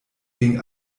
ging